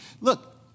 Look